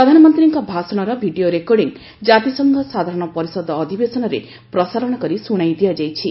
ପ୍ରଧାନମନ୍ତ୍ରୀଙ୍କ ଭାଷଣର video recording ଜାତିସଂଘ ସାଧାରଣ ପରିଷଦ ଅଧିବେଶନରେ ପ୍ରସାରଣ କରି ଶୁଣାଇ ଦିଆଯାଇଛି